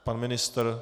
Pan ministr?